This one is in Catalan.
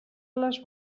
les